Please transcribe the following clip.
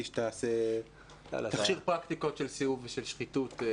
שאתה תכשיר פרקטיקות של סיאוב ושל שחיתות.